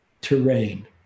terrain